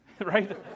right